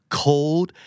cold